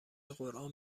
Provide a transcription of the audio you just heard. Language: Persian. قرآن